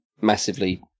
Massively